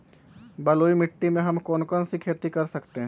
बलुई मिट्टी में हम कौन कौन सी खेती कर सकते हैँ?